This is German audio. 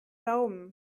daumen